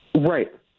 Right